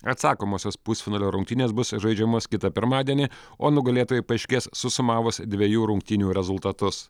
atsakomosios pusfinalio rungtynės bus žaidžiamos kitą pirmadienį o nugalėtojai paaiškės susumavus dvejų rungtynių rezultatus